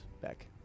back